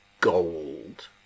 gold